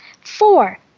Four